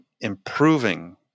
improving